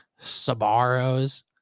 Sabaros